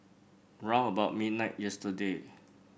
round about midnight yesterday